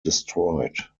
destroyed